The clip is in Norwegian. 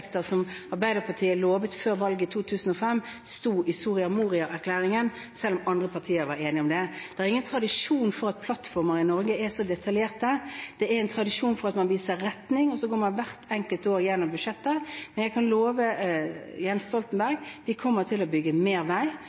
som Arbeiderpartiet lovet før valget i 2005, sto i Soria Moria-erklæringen, selv om andre partier var enige om dem. Det er ingen tradisjon for at plattformer i Norge er så detaljerte. Det er tradisjon for at man viser retning, og så går man hvert enkelt år gjennom budsjettet. Men jeg kan love Jens Stoltenberg at vi kommer til å bygge mer vei,